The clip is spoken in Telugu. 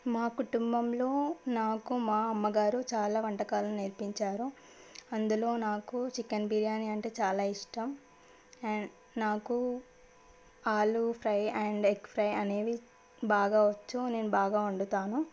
మా కుటుంబంలో నాకు మా అమ్మగారు చాలా వంటకాలు నేర్పించారు అందులో నాకు చికెన్ బిర్యానీ అంటే చాలా ఇష్టం అండ్ నాకు ఆలు ఫ్రై అండ్ ఎగ్ ఫ్రై అనేవి బాగా వచ్చు నేను బాగా వండుతాను